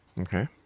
Okay